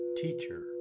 teacher